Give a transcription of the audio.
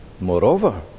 moreover